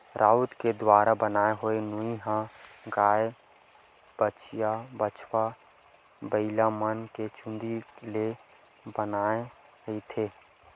राउत के दुवारा बनाय होए नोई ह गाय, भइसा, बछवा, बइलामन के चूंदी ले बनाए रहिथे